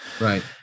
Right